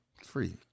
Free